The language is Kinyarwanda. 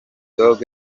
dog